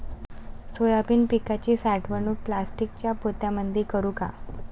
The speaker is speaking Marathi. सोयाबीन पिकाची साठवणूक प्लास्टिकच्या पोत्यामंदी करू का?